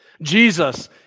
Jesus